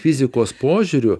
fizikos požiūriu